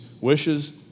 wishes